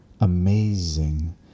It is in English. amazing